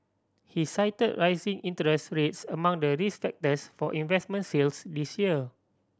he cited rising interest rates among the risk factors for investment sales this year